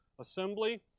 assembly